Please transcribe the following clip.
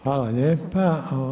Hvala lijepa.